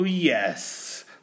Yes